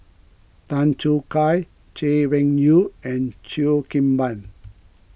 Tan Choo Kai Chay Weng Yew and Cheo Kim Ban